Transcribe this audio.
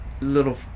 little